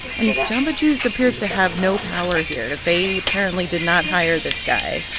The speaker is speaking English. and jamba juice appears to have no power here. they apparently did not hire this guy.